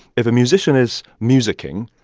if a musician is music-ing.